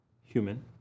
human